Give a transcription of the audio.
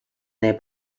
their